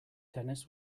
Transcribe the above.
tennis